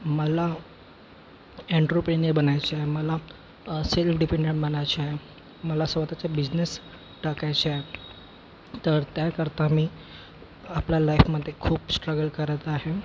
मल्ला entrepreneur बनायचं आहे मला सेल्फ डिफेन्डॅम बनायचं आहे मला स्वतःचा बिजनेस टाकायचा आहे तर त्याकरता मी आपल्या लाईफमध्ये खूप स्ट्रगल करत आहे